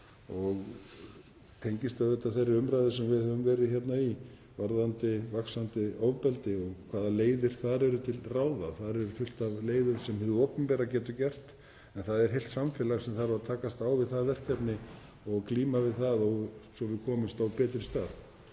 og tengist auðvitað þeirri umræðu sem við höfum verið í um vaxandi ofbeldi og hvaða leiðir eru til ráða. Þar er fullt af leiðum sem hið opinbera getur farið en það er heilt samfélag sem þarf að takast á við það verkefni og glíma við það svo við komumst á betri stað.